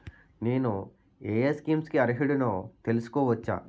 నేను యే యే స్కీమ్స్ కి అర్హుడినో తెలుసుకోవచ్చా?